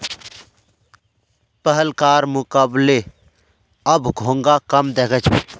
पहलकार मुकबले अब घोंघा कम दख छि